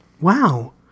Wow